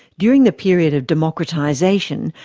during the period of democratisation,